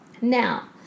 now